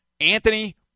Anthony